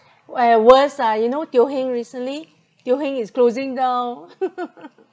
where worse ah you know Teo Heng recently Teo Heng is closing down